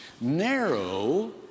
Narrow